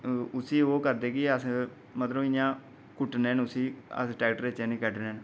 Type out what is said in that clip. उस्सी ओह् करदे कि अस मतलव इ'यां कुट्टने न उस्सी अस ट्रैक्टरै चा नीं कड्ढने